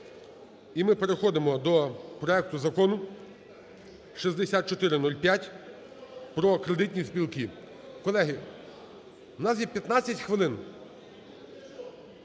І ми переходимо до проекту Закону 6405 про кредитні спілки. Колеги, у нас є 15 хвилин.